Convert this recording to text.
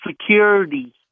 security